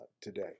today